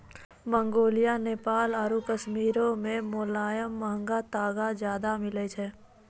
Mongolia, Nepal आरु कश्मीरो मे मोलायम महंगा तागा ज्यादा मिलै छै